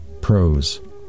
prose